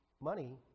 money